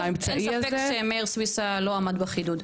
האמצעי הזה --- אין ספק שמאיר סוויסה לא עמד בחידוד.